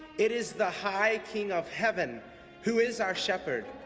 it is the high king of heaven who is our shepherd.